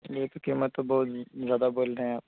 یہ تو قیمت تو بہت زیادہ بول رہے ہیں آپ